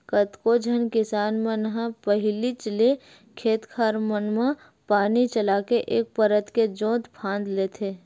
कतको झन किसान मन ह पहिलीच ले खेत खार मन म पानी चलाके एक परत के जोंत फांद लेथे